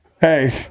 Hey